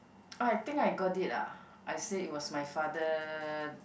oh I think I got it lah I say it was my father